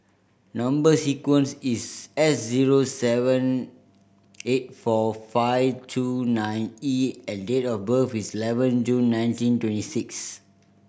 number sequence is S zero seven eight four five two nine E and date of birth is eleven June nineteen twenty six